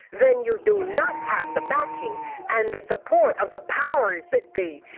then you do not have the backing and the support of the powers that be.